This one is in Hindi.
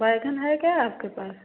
बैंगन है क्या आपके पास